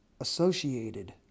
associated